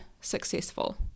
successful